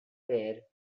pair